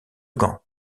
gants